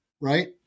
Right